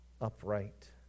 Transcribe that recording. upright